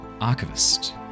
archivist